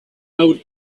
out